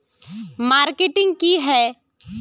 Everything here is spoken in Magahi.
मार्केटिंग की है?